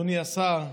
אדוני השר,